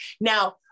Now